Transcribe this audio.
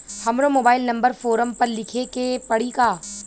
हमरो mobile number form पर लिखे के पड़ी का?